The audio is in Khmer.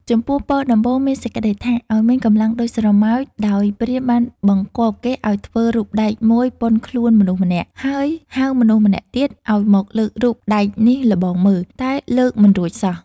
ចំពោះពរដំបូងមានសេចក្ដីថា ឲ្យមានកម្លាំងដូចស្រមោច ដោយព្រាហ្មណ៍បានបង្គាប់គេឲ្យធ្វើរូបដែកមួយប៉ុនខ្លួនមនុស្សម្នាក់ ហើយហៅមនុស្សម្នាក់ទៀតឲ្យមកលើករូបដែកនេះល្បងមើល តែលើកមិនរួចសោះ។